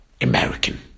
American